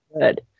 good